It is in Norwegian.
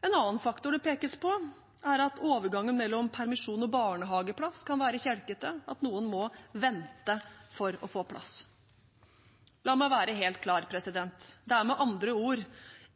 En annen faktor det pekes på, er at overgangen mellom permisjon og barnehageplass kan være kjelkete, at noen må vente for å få plass. La meg være helt klar: Det er med andre ord